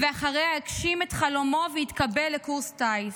ואחריה הגשים את חלומו והתקבל לקורס טיס.